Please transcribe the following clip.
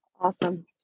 Awesome